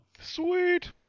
Sweet